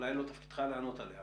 שאולי לא תפקידך לענות עליה.